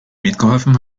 mitgeholfen